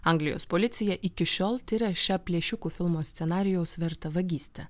anglijos policija iki šiol tiria šią plėšikų filmo scenarijaus vertą vagystę